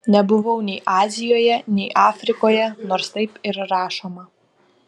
nebuvau nei azijoje nei afrikoje nors taip ir rašoma